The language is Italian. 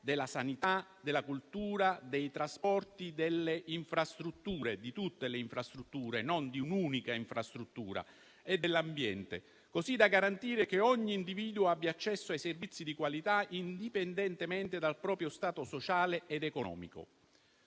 della sanità, della cultura, dei trasporti, delle infrastrutture (di tutte, non di un'unica) e dell'ambiente, così da garantire che ogni individuo abbia accesso ai servizi di qualità, indipendentemente dal proprio stato sociale ed economico.